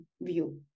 view